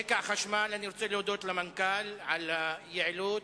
אני רוצה להודות למנכ"ל על היעילות,